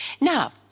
Now